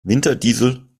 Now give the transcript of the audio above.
winterdiesel